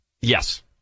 yes